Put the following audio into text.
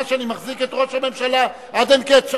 שאני מחזיק את ראש הממשלה עד אין קץ.